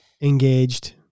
engaged